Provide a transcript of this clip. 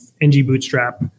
ng-bootstrap